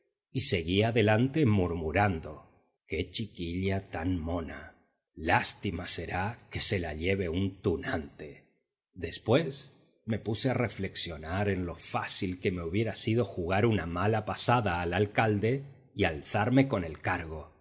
y seguí adelante murmurando qué chiquilla tan mona lástima será que se la lleve un tunante después me puse a reflexionar en lo fácil que me hubiera sido jugar una mala pasada al alcalde y alzarme con el cargo